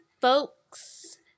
folks